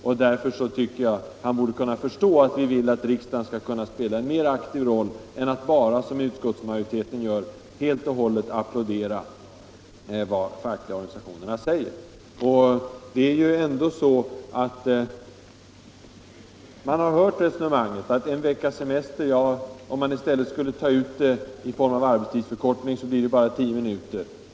Och därför tycker jag att herr Nordberg borde förstå att vi vill att riksdagen skall spela en mera aktiv roll än att bara, som utskottsmajoriteten gör, hålla med om vad de fackliga organisationerna säger. Vi har ju hört resonemanget att om man i stället tar ut en veckas semester i form av kortare arbetstid, så blir det bara 10 minuter om dagen.